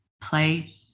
play